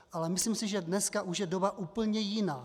Ale myslím si, že dneska už je doba úplně jiná.